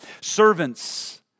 Servants